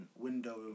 window